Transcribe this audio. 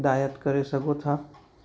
हिदायत करे सघो था